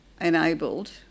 enabled